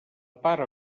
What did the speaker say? pare